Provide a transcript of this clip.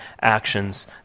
actions